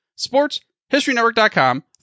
sportshistorynetwork.com